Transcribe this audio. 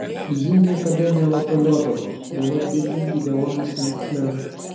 ji niekada nevapaliodavo juolab girdint gideonui sent klerui